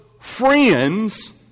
friends